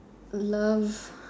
love